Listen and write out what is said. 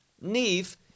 Neve